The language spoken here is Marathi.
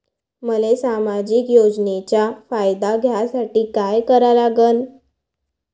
मले सामाजिक योजनेचा फायदा घ्यासाठी काय करा लागन?